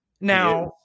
Now